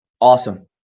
Awesome